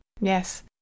yes